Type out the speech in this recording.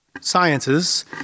Sciences